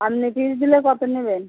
আপনি পিস দিলে কতো নেবেন